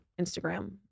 Instagram